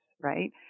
right